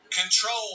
control